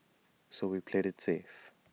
so we played IT safe